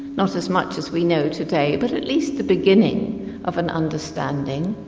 not as much as we know today but at least the beginning of an understanding.